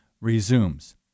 resumes